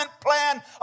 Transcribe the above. plan